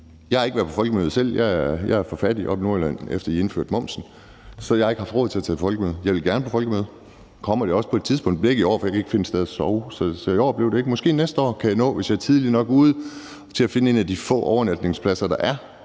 Jeg har ikke selv været på Folkemødet. Jeg er blevet for fattig oppe i Nordjylland, efter at I har indført momsen, så jeg har ikke haft råd til at tage på Folkemødet. Jeg ville gerne på Folkemødet og kommer det også på et tidspunkt, men ikke i år, for jeg har ikke kunnet finde et sted at sove. Så i år blev det ikke, men næste år kan jeg måske nå det, hvis jeg er tidligt nok ude til at finde en af de få overnatningspladser, der er.